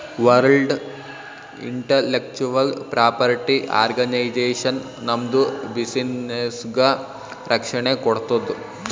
world intellectual property organisation ನಮ್ದು ಬಿಸಿನ್ನೆಸ್ಗ ರಕ್ಷಣೆ ಕೋಡ್ತುದ್